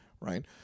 right